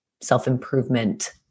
self-improvement